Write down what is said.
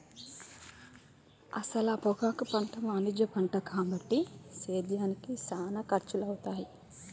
అసల పొగాకు పంట వాణిజ్య పంట కాబట్టి సేద్యానికి సానా ఖర్సులవుతాయి